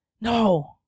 No